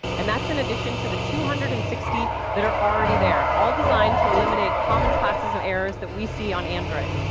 and that's in addition to the two hundred and sixty that are already there, all designed to eliminate common classes of errors that we see on android.